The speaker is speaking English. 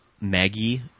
Maggie